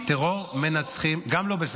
טרור מנצחים --- לא,